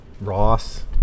Ross